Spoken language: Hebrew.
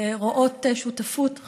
רואות שותפות חשובה,